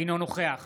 אינו נוכח